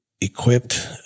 equipped